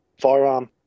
firearm